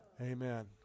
Amen